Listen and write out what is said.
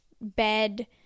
bed